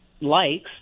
likes